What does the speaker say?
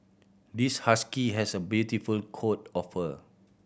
this husky has a beautiful coat of fur